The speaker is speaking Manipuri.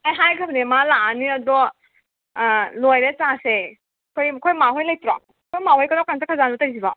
ꯑꯩ ꯍꯥꯏꯈ꯭ꯔꯕꯅꯦ ꯃꯥ ꯂꯥꯛꯑꯅꯤ ꯑꯗꯣ ꯂꯣꯏꯔꯦ ꯆꯥꯁꯦ ꯑꯩꯈꯣꯏ ꯑꯩꯈꯣꯏ ꯃꯥ ꯍꯣꯏ ꯂꯩꯇ꯭ꯔꯣ ꯑꯩꯈꯣꯏ ꯃꯥ ꯍꯣꯏ ꯀꯔꯝꯀꯥꯟ ꯆꯠꯈ꯭ꯔꯖꯥꯠꯅꯣ ꯇꯧꯏꯁꯤꯕꯣ